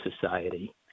society